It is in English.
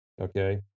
Okay